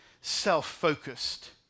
self-focused